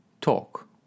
Talk